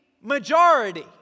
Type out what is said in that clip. majority